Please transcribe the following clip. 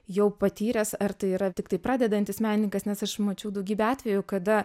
jau patyręs ar tai yra tiktai pradedantis menininkas nes aš mačiau daugybę atvejų kada